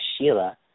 Sheila